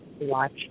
watch